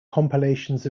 compilations